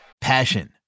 passion